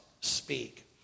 speak